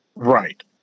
Right